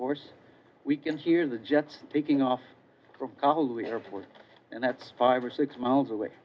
course we can hear the jets taking off from the airport and that's five or six miles away